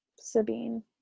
Sabine